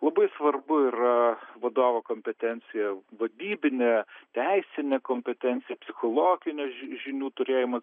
labai svarbu yra vadovo kompetencija vadybinė teisinė kompetencija psichologinių ži žinių turėjimas